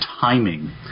timing